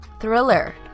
Thriller